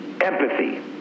Empathy